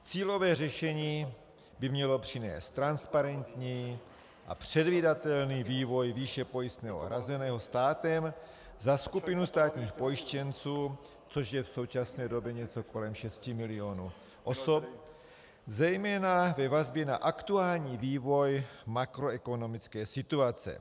Cílové řešení by mělo přinést transparentní a předvídatelný vývoj výše pojistného hrazeného státem za skupinu státních pojištěnců, což je v současné době něco kolem 6 milionů osob, zejména ve vazbě na aktuální vývoj makroekonomické situace.